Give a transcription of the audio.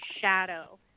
shadow